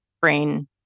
brain